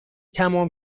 تمام